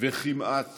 וכמעט